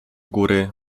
góry